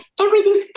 everything's